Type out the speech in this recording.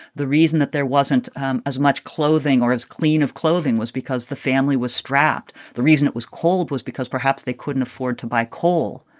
the reason that there wasn't um as much clothing or as clean of clothing was because the family was strapped. the reason it was cold was because perhaps they couldn't afford to buy coal.